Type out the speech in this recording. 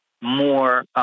more—